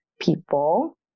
people